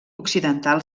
occidental